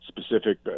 specific